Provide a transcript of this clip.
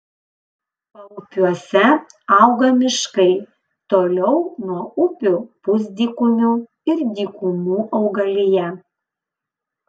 paupiuose auga miškai toliau nuo upių pusdykumių ir dykumų augalija